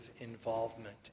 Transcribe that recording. involvement